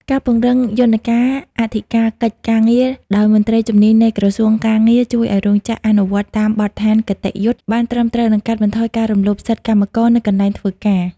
ការពង្រឹងយន្តការអធិការកិច្ចការងារដោយមន្ត្រីជំនាញនៃក្រសួងការងារ ជួយឱ្យរោងចក្រអនុវត្តតាមបទដ្ឋានគតិយុត្តិបានត្រឹមត្រូវ និងកាត់បន្ថយការរំលោភសិទ្ធិកម្មករនៅកន្លែងធ្វើការ។